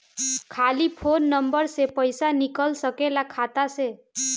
खाली phone number से पईसा निकल सकेला खाता से?